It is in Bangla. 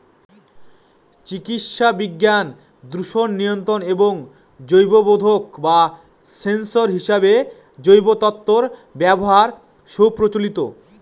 চিকিৎসাবিজ্ঞান, দূষণ নিয়ন্ত্রণ এবং জৈববোধক বা সেন্সর হিসেবে জৈব তন্তুর ব্যবহার সুপ্রচলিত